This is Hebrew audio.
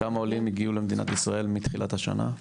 כמה עולים הגיעו למדינת ישראל, מתחילת השנה?